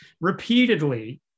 repeatedly